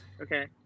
Okay